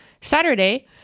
Saturday